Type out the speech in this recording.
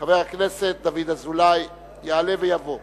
עברה בקריאה שלישית ותיכנס לספר החוקים.